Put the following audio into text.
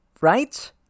right